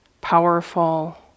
powerful